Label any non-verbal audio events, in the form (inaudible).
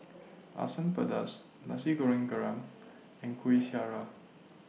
Asam Pedas Nasi Goreng Kerang and Kuih (noise) Syara